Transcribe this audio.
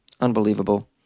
Unbelievable